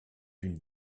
une